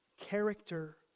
Character